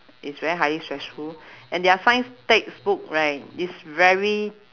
it's very highly stressful and their science textbook right is very